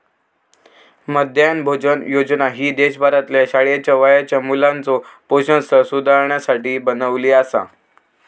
मध्यान्ह भोजन योजना ही देशभरातल्या शाळेच्या वयाच्या मुलाचो पोषण स्तर सुधारुसाठी बनवली आसा